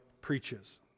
preaches